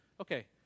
Okay